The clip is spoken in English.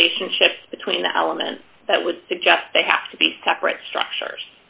relationship between the elements that would suggest they have to be separate structures